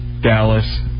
dallas